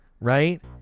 right